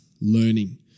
learning